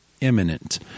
imminent